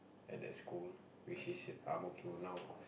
at that school which is in ang-mo-kio now